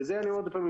וזה אני אומר עוד פעם,